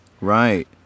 Right